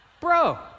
Bro